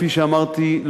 כפי שאמרתי,